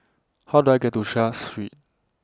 How Do I get to Seah Street